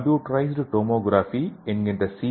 computerised tomography என்கின்ற C